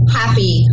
happy